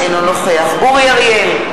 אינו נוכח אורי אריאל,